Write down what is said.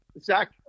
Zach –